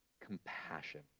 compassion